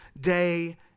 day